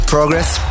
Progress